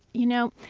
you know,